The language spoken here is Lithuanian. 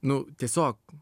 nu tiesiog